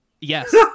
Yes